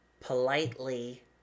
politely